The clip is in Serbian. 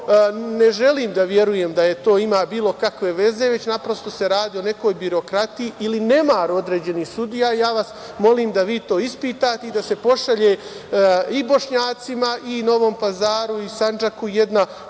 ne želim da verujem da to ima bilo kakve veze, već naprosto se radi o nekoj birokratiji ili nemaru određenih sudija. Ja vas molim da vi to ispitate i da se pošalje i Bošnjacima i Novom Pazaru i Sandžaku jedna poruka